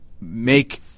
make